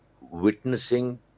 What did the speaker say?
witnessing